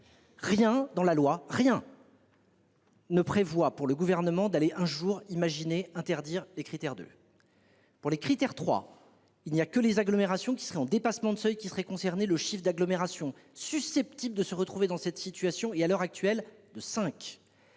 Rien dans la loi rien. Ne prévoient pour le gouvernement d'aller un jour imaginer interdire les critères de. Pour les Crit'Air 3 il n'y a que les agglomérations qui serait en dépassement de seuil qui seraient concernés. Le chiffre d'agglomérations susceptibles de se retrouver dans cette situation et à l'heure actuelle de 5.